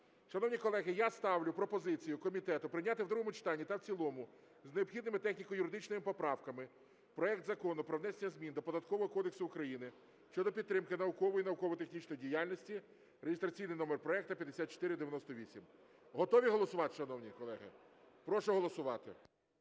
Шановні колеги, я ставлю пропозицію комітету прийняти в другому читанні та в цілому з необхідними техніко-юридичними поправками проект Закону про внесення змін до Податкового кодексу України щодо підтримки наукової і науково-технічної діяльності (реєстраційний номер проекту 5498). Готові голосувати, шановні колеги? Прошу голосувати.